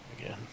again